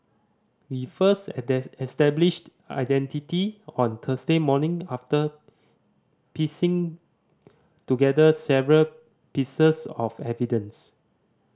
we first established identity on Thursday morning after piecing together several pieces of evidence